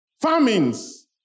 Famines